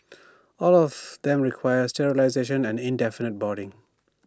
all of them require sterilisation and indefinite boarding